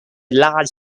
large